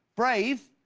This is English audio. brave,